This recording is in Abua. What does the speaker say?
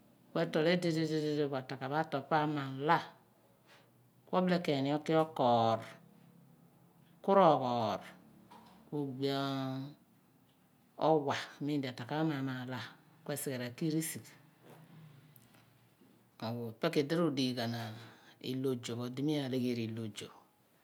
Ku etol ulidudi ku araka atol siphe pho aman la ku obile ken oki okoor ku ro ghoor ku oybi owa mim di araka pho aru aman la ku esighe r'eki r'sigh ipe ku idi rodighi ghan iko ozo pho di nu aleghari izo iizo pho.